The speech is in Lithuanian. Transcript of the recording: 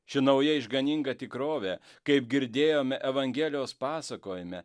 ši nauja išganinga tikrovė kaip girdėjome evangelijos pasakojime